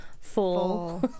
full